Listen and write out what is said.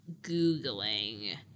Googling